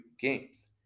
games